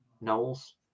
Knowles